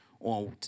on